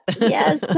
Yes